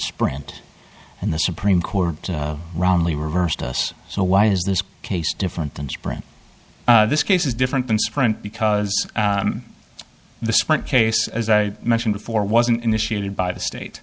sprint and the supreme court wrongly reversed us so why is this case different than sprint this case is different than sprint because the sprint case as i mentioned before wasn't initiated by the state